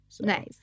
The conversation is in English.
Nice